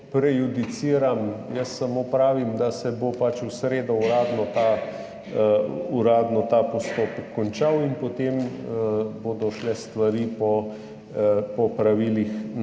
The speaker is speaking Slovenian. prejudiciram, jaz samo pravim, da se bo pač v sredo uradno ta postopek končal in potem bodo šle stvari po pravilih